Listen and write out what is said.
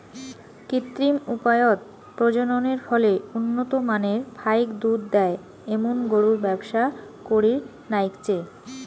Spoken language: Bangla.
কৃত্রিম উপায়ত প্রজননের ফলে উন্নত মানের ফাইক দুধ দেয় এ্যামুন গরুর ব্যবসা করির নাইগচে